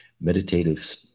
meditative